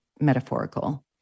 metaphorical